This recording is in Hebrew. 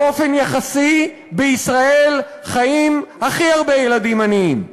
באופן יחסי, בישראל חיים הכי הרבה ילדים עניים.